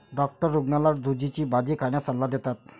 doctor रुग्णाला झुचीची भाजी खाण्याचा सल्ला देतात